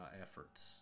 efforts